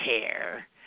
care